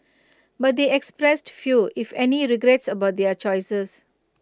but they expressed few if any regrets about their choices